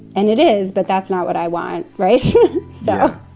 and it is. but that's not what i want. right so